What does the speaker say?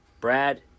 Brad